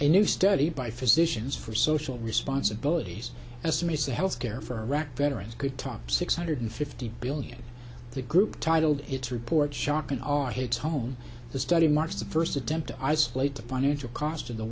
a new study by physicians for social responsibilities estimates that healthcare for iraq veterans could top six hundred fifty billion the group titled its report shocking are hits home the study marks the first attempt to isolate the financial cost of the